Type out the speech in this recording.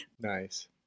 Nice